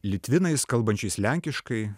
litvinais kalbančiais lenkiškai